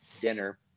dinner